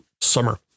Summer